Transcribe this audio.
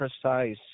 precise